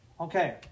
Okay